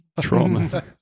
trauma